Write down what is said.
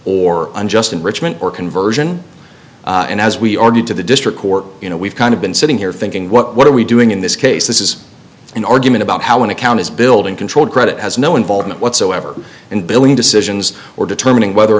or unjust enrichment or conversion and as we argued to the district court you know we've kind of been sitting here thinking what are we doing in this case this is an argument about how an account is building controlled credit has no involvement whatsoever in billing decisions or determining whether or